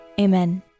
Amen